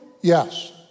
Yes